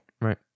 right